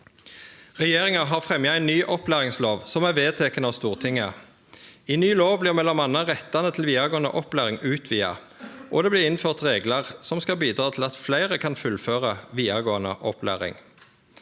Regjeringa har fremja ei ny opplæringslov som er vedteken av Stortinget. I ny lov blir m.a. rettane til vidaregåande opplæring utvida, og det blir innført reglar som skal bidra til at fleire kan fullføre vidaregåande opplæring.